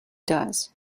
does